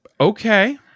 Okay